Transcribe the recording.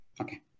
okay